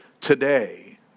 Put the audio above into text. today